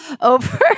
over